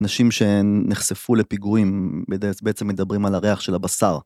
נשים שנחשפו לפיגורים בעצם מדברים על הריח של הבשר.